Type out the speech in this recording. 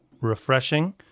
refreshing